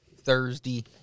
Thursday